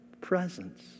presence